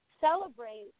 celebrate